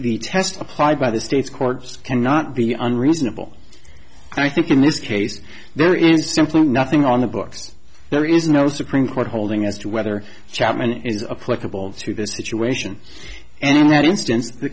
the test applied by the states courts cannot be unreasonable i think in this case there is simply nothing on the books there is no supreme court holding as to whether chapman is a political to this situation and that instance the